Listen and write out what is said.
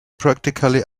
practically